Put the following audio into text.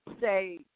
say